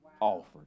offered